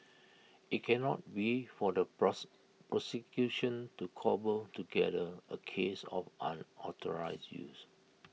IT cannot be for the prose prosecution to cobble together A case of unauthorised use